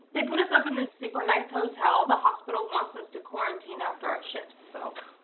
they put us up in this super nice hotel. the hospital wants us to quarantine after our shift, so.